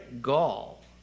gall